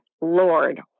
Lord